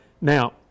Now